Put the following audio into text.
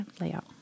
layout